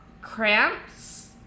cramps